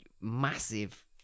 massive